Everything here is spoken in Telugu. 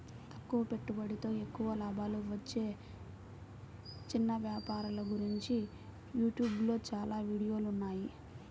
తక్కువ పెట్టుబడితో ఎక్కువ లాభాలు వచ్చే చిన్న వ్యాపారాల గురించి యూట్యూబ్ లో చాలా వీడియోలున్నాయి